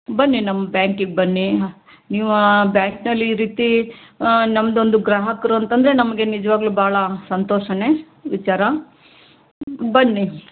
ಬನ್ನಿ ನಮ್ಮ ಬ್ಯಾಂಕಿಗೆ ಬನ್ನಿ ನೀವು ಆ ಬ್ಯಾಂಕ್ನಲ್ಲಿ ಈ ರೀತಿ ನಮ್ಮದೊಂದು ಗ್ರಾಹಕರು ಅಂತಂದರೆ ನಮಗೆ ನಿಜವಾಗ್ಲೂ ಭಾಳ ಸಂತೋಷನೇ ವಿಚಾರ ಬನ್ನಿ